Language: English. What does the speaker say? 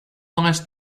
nice